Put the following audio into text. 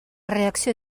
reacció